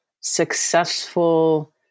successful